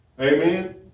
Amen